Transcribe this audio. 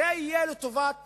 זה יהיה לטובת